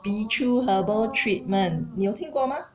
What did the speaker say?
Bee Choo herbal treatment 你有听过 mah